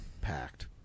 packed